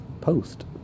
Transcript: post